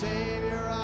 Savior